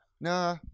Nah